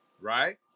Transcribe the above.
right